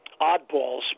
oddballs